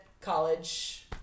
college